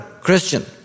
Christian